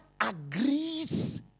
agrees